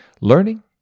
learning